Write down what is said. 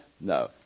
No